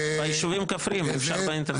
ביישובים הכפריים אי אפשר באינטרנט.